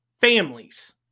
families